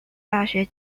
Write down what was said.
大学